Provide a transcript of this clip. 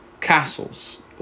castles